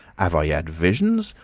have i had visions?